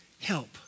help